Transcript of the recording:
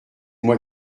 moi